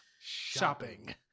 shopping